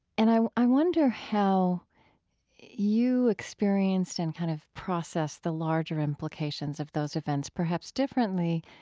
and i i wonder how you experienced and kind of processed the larger implications of those events, perhaps differently,